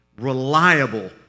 reliable